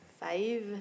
five